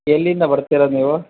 ಎಲ್ಲಿಂದ ಬರ್ತಿರೋದು ನೀವು